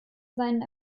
seinen